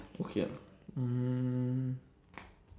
okay lah mm